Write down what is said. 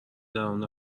درون